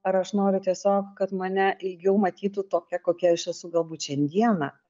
ar aš noriu tiesiog kad mane ilgiau matytų tokią kokia aš esu galbūt šiandieną